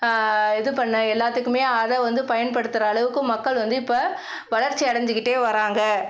இது பண்ண எல்லாத்துக்குமே அதை வந்து பயன்படுத்துகிற அளவுக்கு மக்கள் வந்து இப்போ வளர்ச்சி அடஞ்சுகிட்டே வராங்க